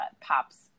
pops